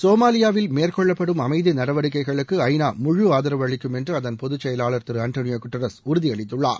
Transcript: சோமாலியாவில் மேற்கொள்ளப்படும் அமைதி நடவடிக்கைகளுக்கு ஐநா முழு ஆதரவு அளிக்கும் என்று அதன் பொதுச் செயலாளர் திரு அண்டோனியோ குட்ரஸ் உறுதியளித்துள்ளார்